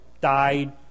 died